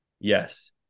Yes